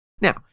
Now